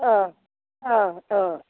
अह औ औ